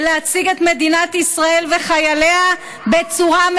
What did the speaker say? שכל מטרתם להפיץ שקרים ולהציג את מדינת ישראל וחייליה בצורה,